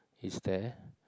is there